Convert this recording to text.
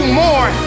more